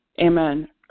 Amen